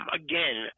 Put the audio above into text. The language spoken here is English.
again